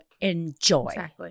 enjoy